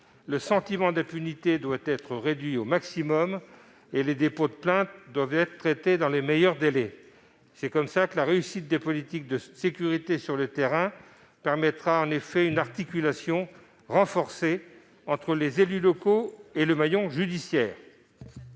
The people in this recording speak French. Le sentiment d'impunité doit être réduit au maximum, et les dépôts de plainte, traités dans les meilleurs délais. Ainsi, la réussite des politiques de sécurité sur le terrain permettra une articulation renforcée entre les élus locaux et le maillon judiciaire.